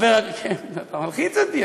אתה מלחיץ אותי,